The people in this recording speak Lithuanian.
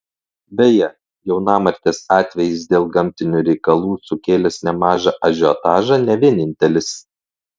beje jaunamartės atvejis dėl gamtinių reikalų sukėlęs nemažą ažiotažą ne vienintelis